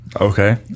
Okay